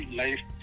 life